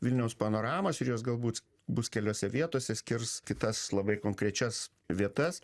vilniaus panoramos ir jos galbūt bus keliose vietose skirs kitas labai konkrečias vietas